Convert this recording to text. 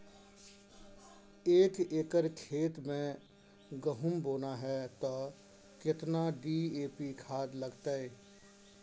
एक एकर खेत मे गहुम बोना है त केतना डी.ए.पी खाद लगतै?